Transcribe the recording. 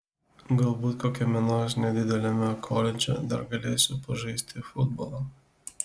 galbūt kokiame nors nedideliame koledže dar galėsiu pažaisti futbolą